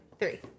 three